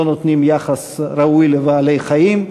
לא נותנים יחס ראוי לבעלי-חיים.